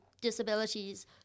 disabilities